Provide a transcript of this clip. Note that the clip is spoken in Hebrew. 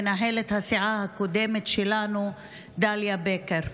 מנהלת הסיעה הקודמת שלנו דליה בקר.